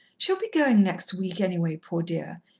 she'll be going next week, anyway, poor dear,